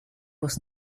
was